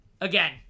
again